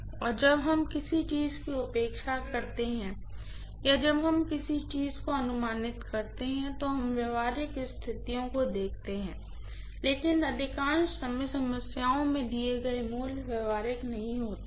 और जब हम किसी चीज की उपेक्षा करते हैं या जब हम किसी चीज की अनुमानित करते हैं तो हम व्यावहारिक स्थितियों को देखते हैं लेकिन अधिकांश समय समस्याओं में दिए गए मूल्य व्यावहारिक नहीं होते हैं